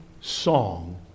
song